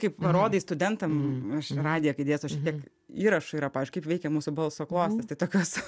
kai parodai studentam aš radiją kai dėstau šiek tiek įrašų yra pavyzdžiui kaip veikia mūsų balso klostės tai tokios